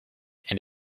and